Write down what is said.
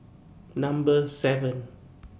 Number seven